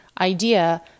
idea